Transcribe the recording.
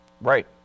Right